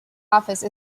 office